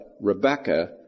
Rebecca